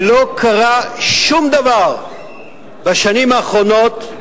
ולא קרה שום דבר בשנים האחרונות,